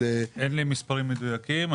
אין לי מספרים מדויקים.